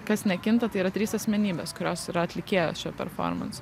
kas nekinta tai yra trys asmenybės kurios yra atlikėjo šio performanso